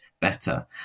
better